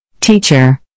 Teacher